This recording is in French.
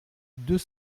deux